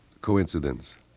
coincidence